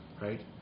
right